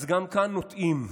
אז גם כאן נוטעים.